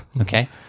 Okay